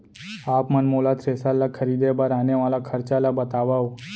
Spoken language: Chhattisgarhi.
आप मन मोला थ्रेसर ल खरीदे बर आने वाला खरचा ल बतावव?